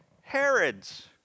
Herod's